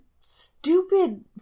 stupid